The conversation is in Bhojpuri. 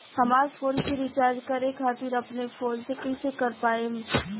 हमार फोन के रीचार्ज करे खातिर अपने फोन से कैसे कर पाएम?